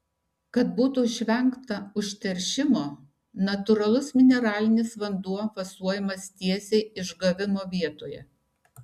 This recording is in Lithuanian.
kad būtų išvengta užteršimo natūralus mineralinis vanduo fasuojamas tiesiai išgavimo vietoje